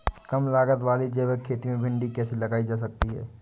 कम लागत वाली जैविक खेती में भिंडी कैसे लगाई जा सकती है?